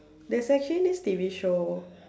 there's actually this T_V show